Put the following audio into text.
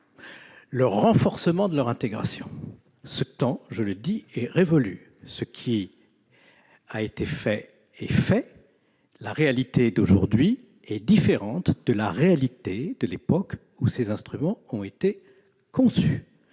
et, concomitamment, leur intégration. Ce temps est révolu. Ce qui a été fait est fait. La réalité d'aujourd'hui est différente de celle de l'époque où ces instruments ont été conçus.